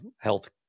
health